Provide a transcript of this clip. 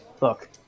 look